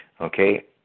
Okay